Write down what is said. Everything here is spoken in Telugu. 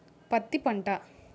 పత్తి పంట